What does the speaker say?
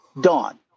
dawn